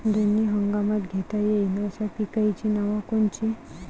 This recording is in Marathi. दोनी हंगामात घेता येईन अशा पिकाइची नावं कोनची?